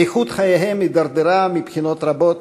איכות חייהם הידרדרה מבחינות רבות,